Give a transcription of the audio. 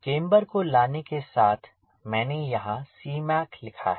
camber को लाने के साथ मैंने यहाँ Cmac लिखा है